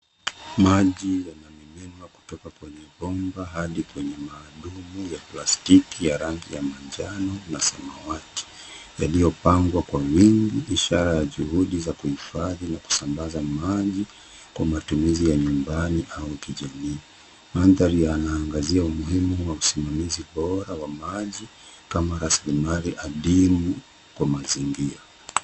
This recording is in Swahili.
Maji yanamimizwa kutoka kwenye bomba adi kwenye mabuyu ya plastiki ya rangi ya manjano na samawati yaliyopangwa kwa wingi, ishara ya juhudi za kuhifadhi na kusambaza maji kwa matumizi ya nyumbani au kijamii. Manthari yanaangazia umuhimu wa usimamizi bora wa maji kama rasilimali adimu kwa mazingira.